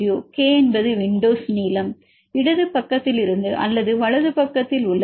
k என்பது windows நீளம் இடது பக்கத்திலிருந்து அல்லது வலது பக்கத்தில் உள்ளது